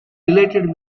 delighted